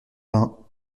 vingt